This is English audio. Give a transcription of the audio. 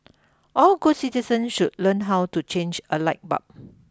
all good citizens should learn how to change a light bulb